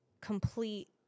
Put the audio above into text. complete